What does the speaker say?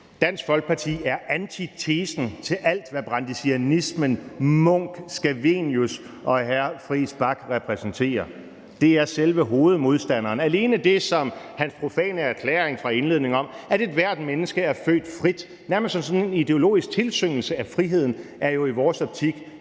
Dansk Folkeparti er antitesen til alt, hvad brandesianismen, Munch, Scavenius og hr. Christian Friis Bach repræsenterer. Det er selve hovedmodstanderen. Alene hans profane indledende erklæring om, at ethvert menneske er født frit – nærmest som en ideologisk besyngelse af friheden – er jo i vores optik